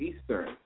Eastern